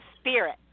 Spirit